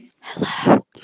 Hello